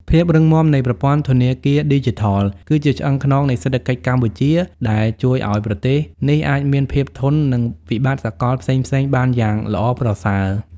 ភាពរឹងមាំនៃប្រព័ន្ធធនាគារឌីជីថល គឺជាឆ្អឹងខ្នងនៃសេដ្ឋកិច្ចកម្ពុជា ដែលជួយឱ្យប្រទេសនេះអាចមានភាពធន់នឹងវិបត្តិសកលផ្សេងៗបានយ៉ាងល្អប្រសើរ។